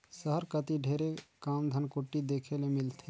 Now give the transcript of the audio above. सहर कती ढेरे कम धनकुट्टी देखे ले मिलथे